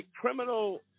criminal